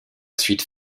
suite